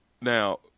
Now